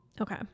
Okay